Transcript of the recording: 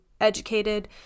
educated